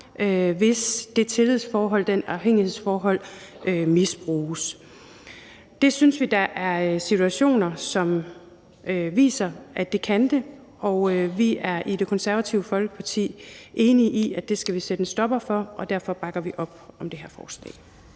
hvis det tillidsforhold og det afhængighedsforhold misbruges. Vi synes, at der er situationer, som viser, at det kan ske, og vi er i Det Konservative Folkeparti enige i, at det skal vi sætte en stopper for, og derfor bakker vi op om det her forslag.